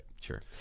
Sure